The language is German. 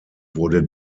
wurde